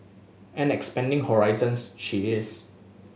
and expanding horizons she is